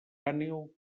àneu